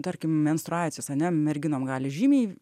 tarkim menstruacijos ane merginom gali žymiai